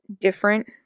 different